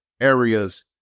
areas